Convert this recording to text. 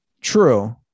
True